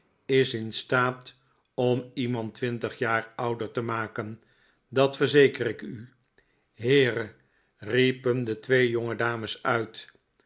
is in staat om iemand twintig jaar ouder te maken dat verzeker ik u heere riepen de twee jongedames uit